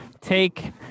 take